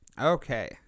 Okay